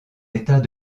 états